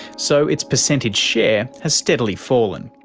so its percentage share has steadily fallen.